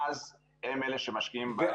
ואז הם אלה שמשקיעים בקרנות הון סיכון.